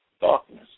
darkness